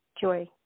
joy